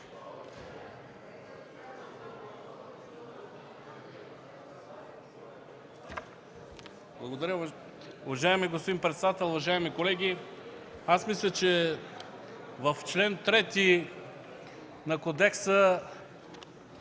Благодаря. Уважаеми господин председател, уважаеми колеги! Мисля, че в чл. 3 на Кодекса